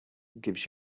gives